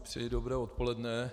Přeji dobré odpoledne.